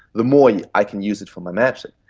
the more yeah i can use it for my magic.